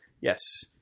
Yes